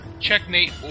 Checkmate